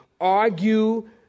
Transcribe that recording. argue